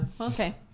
okay